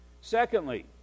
Secondly